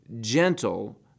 gentle